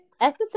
Episode